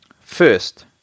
First